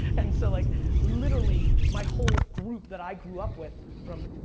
and so like literally, my whole group that i grew up with from,